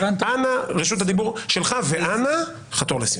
אנא, רשות הדיבור שלך ואנא, חתור לסיום.